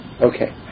okay